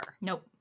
Nope